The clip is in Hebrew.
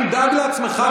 דאג לעצמך,